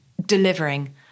delivering